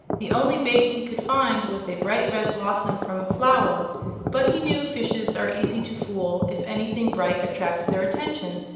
the only bait he could find was a bright red blossom from a flower but he knew fishes are easy to fool if anything bright attracts their attention,